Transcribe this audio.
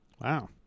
wow